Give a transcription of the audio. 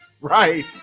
Right